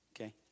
okay